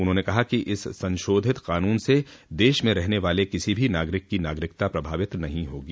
उन्होंने कहा कि इस संशोधित क़ानून से देश में रहने वाले किसी भी नागरिक की नागरिकता प्रभावित नहीं होगी